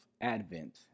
Advent